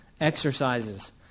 exercises